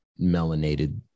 melanated